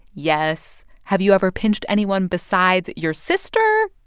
yes. have you ever pinched anyone besides your sister?